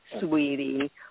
sweetie